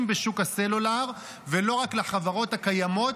בשוק הסלולר ולא רק לחברות הקיימות.